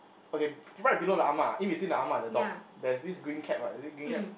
okay right below the ah ma in between the ah ma and the dog there's this green cap right is it green cap